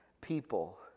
people